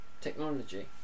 technology